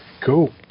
Cool